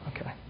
Okay